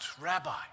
Rabbi